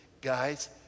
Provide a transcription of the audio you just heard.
Guys